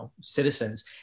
citizens